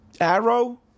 Arrow